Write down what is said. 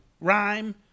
rhyme